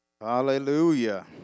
hallelujah